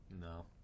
No